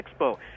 Expo